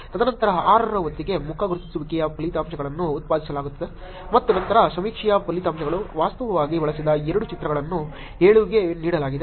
ತದನಂತರ 6 ರ ಹೊತ್ತಿಗೆ ಮುಖ ಗುರುತಿಸುವಿಕೆಯ ಫಲಿತಾಂಶಗಳನ್ನು ಉತ್ಪಾದಿಸಲಾಗುತ್ತದೆ ಮತ್ತು ನಂತರ ಸಮೀಕ್ಷೆಯ ಫಲಿತಾಂಶಗಳು ವಾಸ್ತವವಾಗಿ ಬಳಸಿದ ಎರಡೂ ಚಿತ್ರಗಳನ್ನು 7 ಗೆ ನೀಡಲಾಗಿದೆ